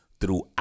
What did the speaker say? throughout